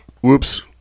Whoops